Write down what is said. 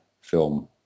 film